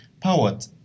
powered